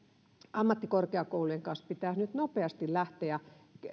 ammattikorkeakoulujen kanssa pitäisi nyt nopeasti lähteä